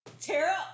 Tara